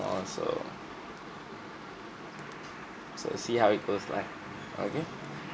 so so see how it goes like okay